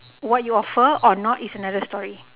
what you offer or not is another story